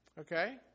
Okay